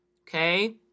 Okay